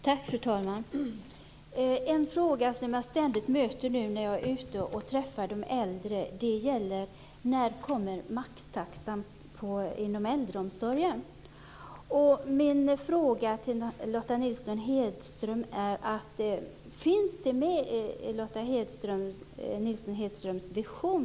Fru talman! En fråga som jag ständigt möter när jag är ute och träffar äldre gäller när maxtaxan inom äldreomsorgen ska komma. Nilsson-Hedströms vision?